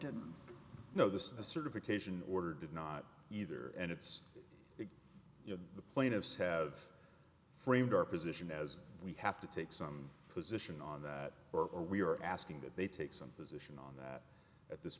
didn't know this is a certification order did not either and it's you know the plaintiffs have framed our position as we have to take some position on that or we are asking that they take some position on that at this